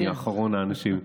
אני אחרון האנשים,